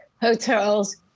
hotels